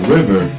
River